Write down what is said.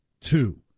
Two